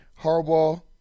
Harbaugh